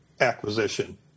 acquisition